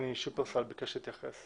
בוקר טוב.